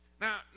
now